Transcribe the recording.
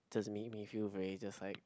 just made me feel very just like